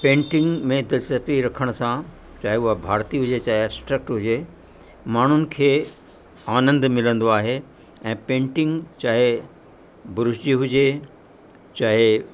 painting में दिलचस्पी रखण सां चाहे उहा भारतीय हुजे चाहे एब्स्ट्रैक्ट हुजे माण्हुनि खे आनंदु मिलंदो आहे ऐं पेंटिंग चाहे ब्रुश जी हुजे चाहे